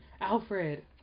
Alfred